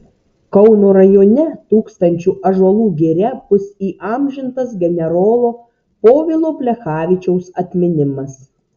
kauno rajone tūkstančių ąžuolų giria bus įamžintas generolo povilo plechavičiaus atminimas